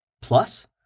Plus